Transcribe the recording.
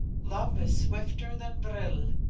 love is swifter than vril.